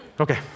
Okay